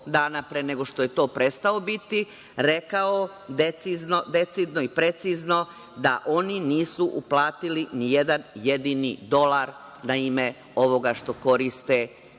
nego što je to prestao biti rekao decidno i precizno da oni nisu uplatili ni jedan jedini dolar na ime ovoga što koriste